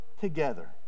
together